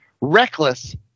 Reckless